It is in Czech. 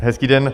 Hezký den.